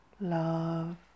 love